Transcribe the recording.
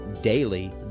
daily